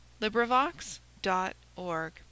LibriVox.org